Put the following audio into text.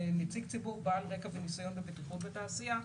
ונציג ציבור בעל רקע וניסיון בבטיחות בתעשייה,